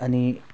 अनि